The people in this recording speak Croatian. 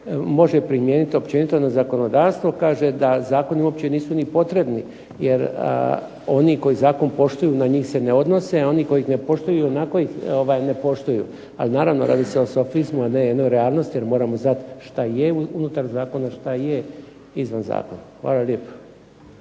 može primijeniti općenito na zakonodavstvo. Kaže da zakoni uopće nisu ni potrebni, jer oni koji zakon poštuju na njih se ne odnose, a oni koji ih ne poštuju ionako ih ne poštuju. Ali naravno radi se o sofizmu, a ne jednoj realnosti jer moramo znati šta je unutar zakona, šta je izvan zakona. Hvala lijepo.